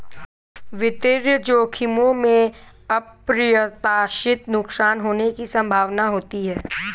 वित्तीय जोखिमों में अप्रत्याशित नुकसान होने की संभावना होती है